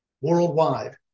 Worldwide